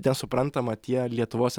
nesuprantama tie lietuvos